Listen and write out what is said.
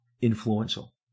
influential